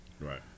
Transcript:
right